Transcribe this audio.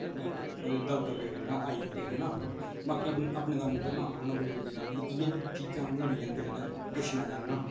ओह्दे दबदबे कन्नै आई जंदे है ना बाकी अपने अपने दम उप्पर नांऽ बनाना बड़ी बड्डी गल्ल होंदी इ'यै चीजां मिलियै इं'दे कोला पुच्छना चाह्न्ना